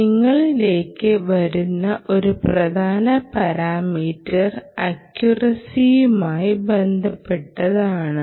നിങ്ങളിലേക്ക് വരുന്ന ഒരു പ്രധാന പാരാമീറ്റർ അക്ക്വിറസിയുമായി ബന്ധപ്പെട്ടതാണ്